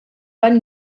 van